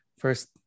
first